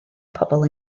pobl